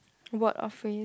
word or phrase